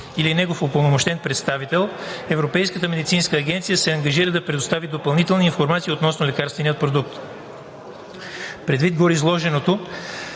или негов упълномощен представител, Европейската медицинска агенция се ангажира да предостави допълнителна информация относно лекарствения продукт. Предвид гореизложеното,